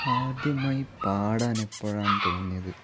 ആദ്യമായി പാടാൻ എപ്പൊഴാണ് തോന്നിയത്